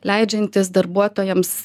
leidžiantis darbuotojams